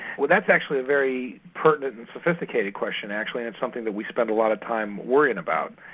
well that's actually a very pertinent and sophisticated question actually and it's something that we spent a lot of time worrying about.